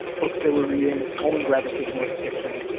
books they were reading. olin gravitated more to fiction,